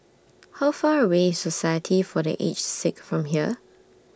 How Far away IS Society For The Aged Sick from here